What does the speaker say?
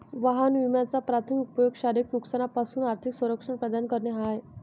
वाहन विम्याचा प्राथमिक उपयोग शारीरिक नुकसानापासून आर्थिक संरक्षण प्रदान करणे हा आहे